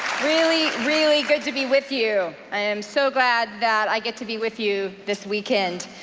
really, really good to be with you. i am so glad that i get to be with you this weekend.